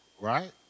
right